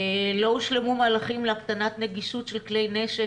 לא הושלמו מהלכים להקטנת נגישות של כלי נשק